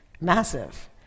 massive